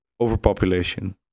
overpopulation